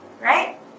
right